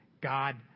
God